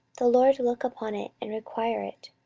the lord look upon it, and require it.